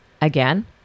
again